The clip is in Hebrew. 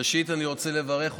ראשית, אני רוצה לברך אותך.